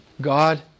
God